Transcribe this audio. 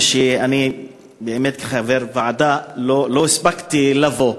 ואני כחבר ועדה לא הספקתי לבוא,